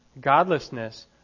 Godlessness